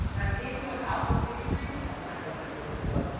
and even without the seasoning, oh, my goodness, is and